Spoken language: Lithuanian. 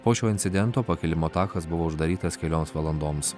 o šio incidento pakilimo takas buvo uždarytas kelioms valandoms